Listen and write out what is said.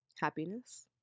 happiness